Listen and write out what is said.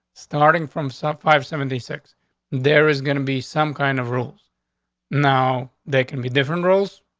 starting from some five seventy six there is gonna be some kind of rules now. they could be different rules.